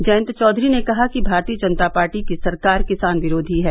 जयंत चौधरी ने कहा कि भारतीय जनता पार्टी की सरकार किसान विरोधी है